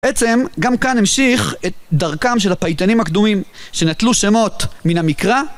בעצם גם כאן נמשיך את דרכם של הפייטנים הקדומים שנטלו שמות מן המקרא